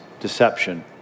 deception